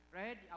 right